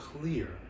clear